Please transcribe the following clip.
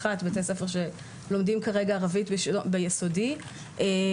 בתי ספר שלומדים ערבית ביסודי רגע.